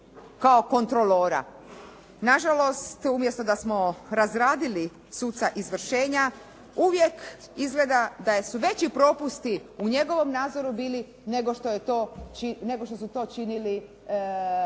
kao kontrolora. Na žalost umjesto da smo razradili suca izvršenja, uvijek izgleda da su veći propusti u njegovom nadzoru bili nego što su to činili